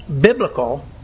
biblical